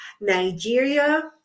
Nigeria